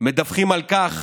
מדווחים על כך